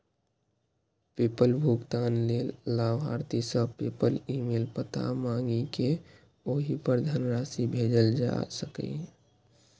PayPal भुगतान लेल लाभार्थी सं पेपल ईमेल पता मांगि कें ओहि पर धनराशि भेजल जा सकैए